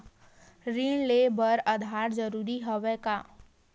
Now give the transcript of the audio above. ऋण ले बर आधार जरूरी हवय का?